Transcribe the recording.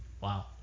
Wow